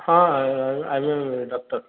ହଁ I am a doctor